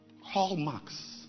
hallmarks